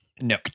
no